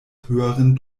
höheren